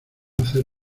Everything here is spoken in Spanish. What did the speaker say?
hacer